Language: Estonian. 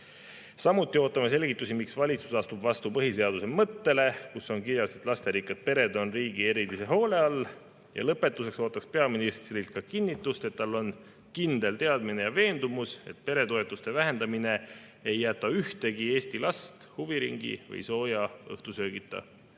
Samuti ootame selgitusi, miks valitsus astub vastu põhiseaduse mõttele. Põhiseaduses on ju kirjas, et lasterikkad pered on riigi erilise hoole all. Lõpetuseks ootaks peaministrilt kinnitust, et tal on kindel teadmine ja veendumus, et peretoetuste vähendamine ei jäta ühtegi Eesti last huviringi või sooja õhtusöögita.